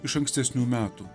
iš ankstesnių metų